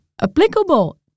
applicable